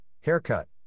haircut